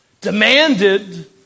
demanded